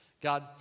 God